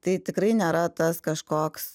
tai tikrai nėra tas kažkoks